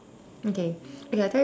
okay okay I tell you what